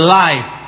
life